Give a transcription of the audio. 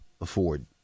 afford